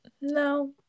no